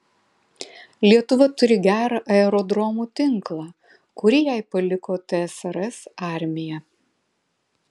lietuva turi gerą aerodromų tinklą kurį jai paliko tsrs armija